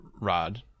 rod